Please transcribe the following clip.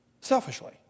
selfishly